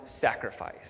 sacrifice